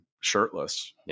shirtless